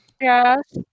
Yes